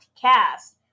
cast